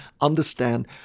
understand